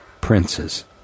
princes